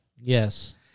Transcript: Yes